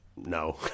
No